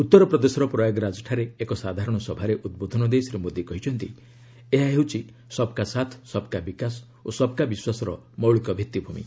ଉତ୍ତର ପ୍ରଦେଶର ପ୍ରୟାଗରାଜଠାରେ ଏକ ସାଧାରଣ ସଭାରେ ଉଦ୍ବୋଧନ ଦେଇ ଶ୍ରୀ ମୋଦୀ କହିଛନ୍ତି ଏହା ହେଉଛି ସବ୍କା ସାଥ୍ ସବ୍କା ବିକାଶ ଓ ସବ୍କା ବିଶ୍ୱାସର ମୌଳିକ ଭିଭି଼ମି